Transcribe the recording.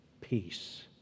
peace